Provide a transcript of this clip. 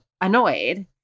annoyed